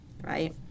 right